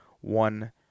one